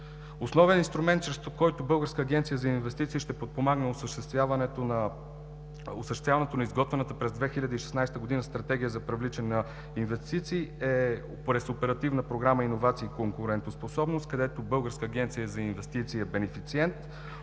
Основен инструмент, чрез който Българска агенция за инвестиции ще подпомогне осъществяването на изготвената през 2016 г. Стратегия за привличане на инвестиции, е през Оперативна програма „Иновации и конкурентоспособност“, където Българска агенция за инвестиции е бенефициент.